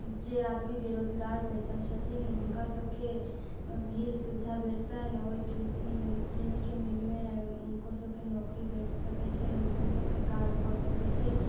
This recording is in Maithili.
जे आदमी बेरोजगार बैसल छथिन हुनका सबके भी सुविधा भेटतनि ओइ चीनीके मीलमे हुनकर सबके नौकरी भेट सकै छै हुनको सबके काज भऽ सकै छै